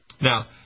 Now